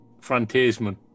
frontiersman